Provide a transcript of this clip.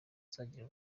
nzagira